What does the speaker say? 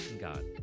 God